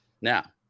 Now